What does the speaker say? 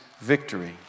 victory